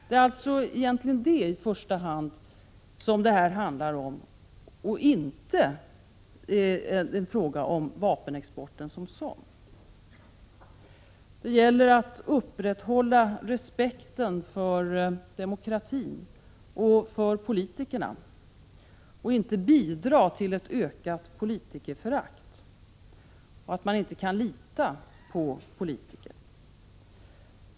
Det är alltså egentligen det som det här i första hand handlar om och inte om vapenexporten som sådan. Det gäller att upprätthålla respekten för demokratin och för politikerna och att inte bidra till ett ökat politikerförakt och till att man inte kan lita på politiker.